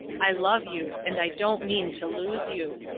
i love you, and i don't mean to lose you.